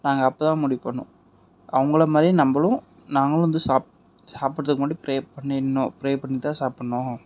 நாங்கள் அப்போ தான் முடிவு பண்ணோம் அவங்கள மாதிரியே நம்மளும் நாங்களும் சாப்பிடுறத்துக்கு முன்னாடி ப்ரே பண்ணிடனும் ப்ரே பண்ணிட்டு தான் சாப்பிடுனும்